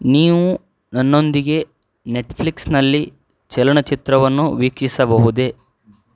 ನೀವು ನನ್ನೊಂದಿಗೆ ನೆಟ್ಫ್ಲಿಕ್ಸ್ನಲ್ಲಿ ಚಲನಚಿತ್ರವನ್ನು ವೀಕ್ಷಿಸಬಹುದೇ